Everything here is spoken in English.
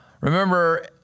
Remember